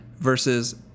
versus